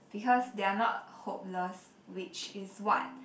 because they are not hopeless which is what